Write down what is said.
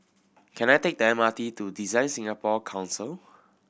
can I take the M R T to DesignSingapore Council